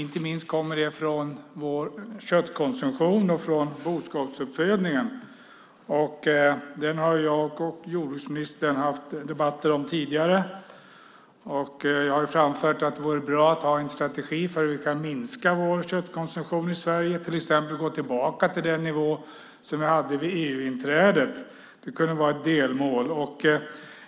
Inte minst hänger det ihop med vår köttkonsumtion och boskapsuppfödningen - den har jag och jordbruksministern haft debatter om tidigare. Jag har framfört att det vore bra att ha en strategi för hur vi kan minska vår köttkonsumtion i Sverige och till exempel gå tillbaka till den nivå som vi hade vid EU-inträdet. Det skulle kunna vara ett delmål.